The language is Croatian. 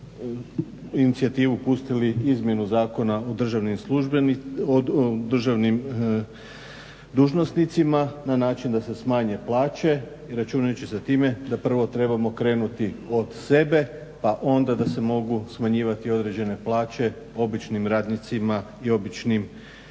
inicijativu pustili izmjenu zakona o državnim dužnosnicima na način da se smanje plaće i računajući sa time da prvo trebamo krenuti od sebe a onda da se mogu smanjivati određene plaće običnim radnicima i običnim